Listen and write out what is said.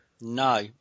No